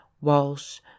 walsh